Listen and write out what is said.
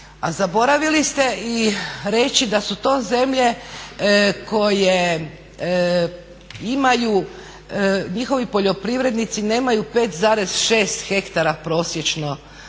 a zaboravili ste reći da su to zemlje koje imaju, njihovi poljoprivrednici nemaju 5,6 hektara prosječno